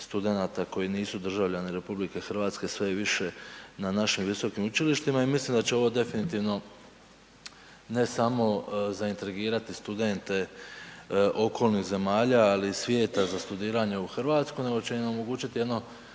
studenata koji nisu državljani RH sve je više na našim visokim učilištima i mislim da će ovo definitivno ne samo zaintrigirati studente okolnih zemalja ali i svijeta za studiranje u Hrvatskoj nego će im omogućiti jedno